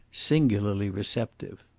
singularly receptive.